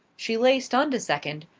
she lay stunned a second,